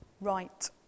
right